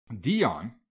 Dion